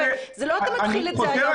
זה לא אתה מתחיל את זה היום.